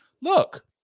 Look